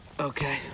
okay